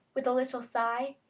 with a little sigh,